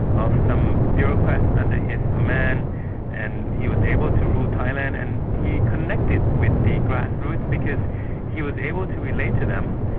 of some bureaucrats under his ah command, and he was able to rule thailand. and he connected with the grassroots, because he was able to relate to them,